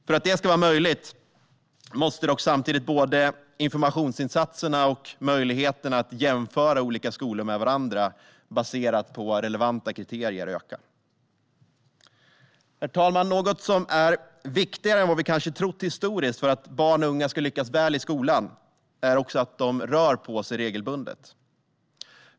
För att det ska vara möjligt måste dock både informationsinsatserna och möjligheterna att jämföra olika skolor med varandra, baserat på relevanta kriterier, öka. Herr talman! Något som är viktigare än vad vi kanske trott historiskt för att barn och unga ska lyckas väl i skolan är att de rör på sig regelbundet.